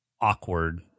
awkward